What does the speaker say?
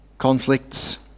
conflicts